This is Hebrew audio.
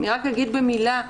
אני רק אגיד במילה,